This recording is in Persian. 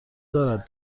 دارد